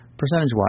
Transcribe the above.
Percentage-wise